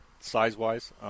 size-wise